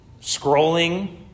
scrolling